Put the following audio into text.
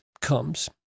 comes